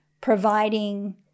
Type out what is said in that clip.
providing